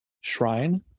Shrine